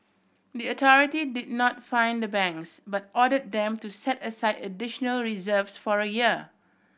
the authority did not fine the banks but order them to set aside additional reserves for a year